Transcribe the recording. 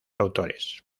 autores